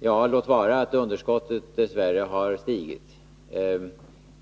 Ja, låt vara att underskottet dess värre har stigit.